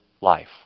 life